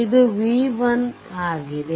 ಇದು v1 ಆಗಿದೆ